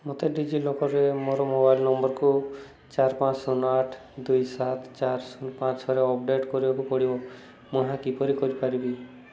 ମୋତେ ଡିଜିଲକର୍ରେ ମୋର ମୋବାଇଲ୍ ନମ୍ବର୍କୁ ଚାରି ପାଞ୍ଚ ଶୂନ ଆଠ ଦୁଇ ସାତ ଚାରି ଶୂନ ପାଞ୍ଚ ଛଅରେ ଅପଡ଼େଟ୍ କରିବାକୁ ପଡ଼ିବ ମୁଁ ଏହା କିପରି କରିପାରିବି